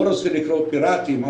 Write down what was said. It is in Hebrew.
לא רוצה לקרוא להם פיראטיים,